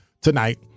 tonight